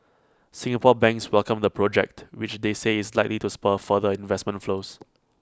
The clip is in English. Singapore banks welcomed the project which they say is likely to spur further investment flows